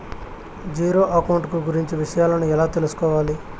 Zero account కు గురించి విషయాలను ఎలా తెలుసుకోవాలి?